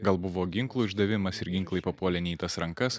gal buvo ginklų išdavimas ir ginklai papuolė ne į tas rankas